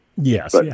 Yes